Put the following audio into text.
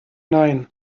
nein